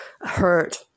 hurt